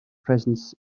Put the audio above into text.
presence